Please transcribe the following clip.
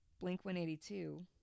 Blink-182